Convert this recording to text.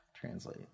Translate